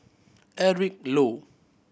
Eric Low